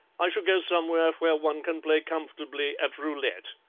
i shall go somewhere where one can play comfortably at roulette.